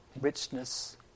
richness